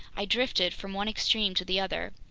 i drifted from one extreme to the other.